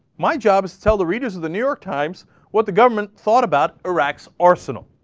my job to sell the readers of the new york times what the government thought about iraq's arsenal